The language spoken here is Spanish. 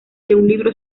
libro